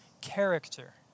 character